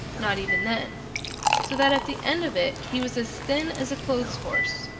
not even then so that at the end of it he was as thin as a clothes-horse,